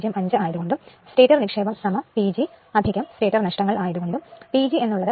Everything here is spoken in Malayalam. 05 ആയതുകൊണ്ടും സ്റ്റേറ്റർ നിക്ഷേപം P G സ്റ്റേറ്റർ നഷ്ടങ്ങൾ ആയതുകൊണ്ടും PG എന്ന് ഉള്ളത് 16